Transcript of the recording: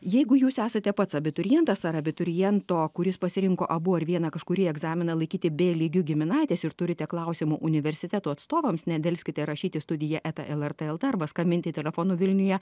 jeigu jūs esate pats abiturientas ar abituriento kuris pasirinko abu ar vieną kažkurį egzaminą laikyti b lygiu giminaitis ir turite klausimų universitetų atstovams nedelskite rašyti studija eta lrt lt arba skambinti telefonu vilniuje